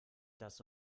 das